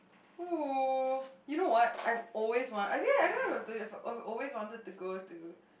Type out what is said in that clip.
oh you know what I always want ya I don't know if I've told you before I've always wanted to go to